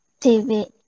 TV